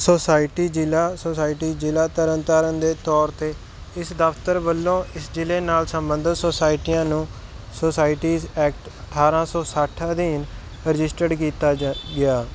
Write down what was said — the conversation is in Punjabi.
ਸੋਸਾਇਟੀ ਜ਼ਿਲ੍ਹਾ ਸੋਸਾਇਟੀ ਜ਼ਿਲ੍ਹਾ ਤਰਨ ਤਾਰਨ ਦੇ ਤੌਰ 'ਤੇ ਇਸ ਦਫਤਰ ਵੱਲੋਂ ਇਸ ਜ਼ਿਲ੍ਹੇ ਨਾਲ ਸੰਬੰਧਿਤ ਸੋਸਾਇਟੀਆਂ ਨੂੰ ਸੁਸਾਇਟੀਜ਼ ਐਕਟ ਅਠਾਰ੍ਹਾਂ ਸੌ ਸੱਠ ਅਧੀਨ ਰਜਿਸਟਰ ਕੀਤਾ ਜ ਗਿਆ